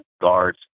guards